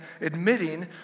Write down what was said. admitting